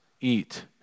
eat